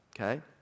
okay